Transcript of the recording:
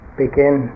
begin